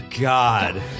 god